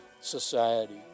society